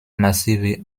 massive